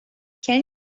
can